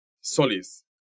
Solis